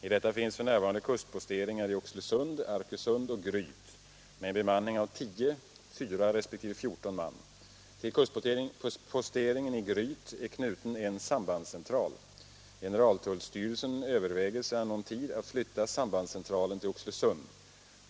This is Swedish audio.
I detta finns f. n. kustposteringar i Oxelösund, Arkösund och Gryt med en bemanning av 10, 4 resp. 14 man. Till kustposteringen i Gryt är knuten en sambandscentral. Generaltullstyrelsen överväger sedan någon tid att flytta sambandscentralen till Oxelösund.